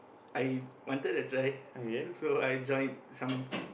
I wanted to try s~ so I join some